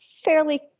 fairly